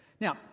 Now